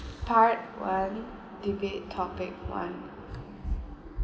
part one debate topic one